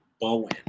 Bowen